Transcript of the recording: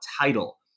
title